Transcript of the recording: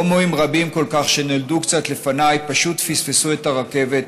הומואים רבים כל כך שנולדו קצת לפניי פשוט פספסו את הרכבת,